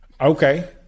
Okay